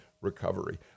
recovery